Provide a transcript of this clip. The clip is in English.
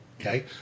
Okay